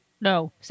no